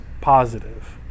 positive